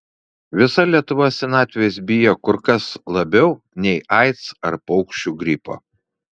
visa lietuva senatvės bijo kur kas labiau nei aids ar paukščių gripo